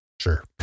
Sure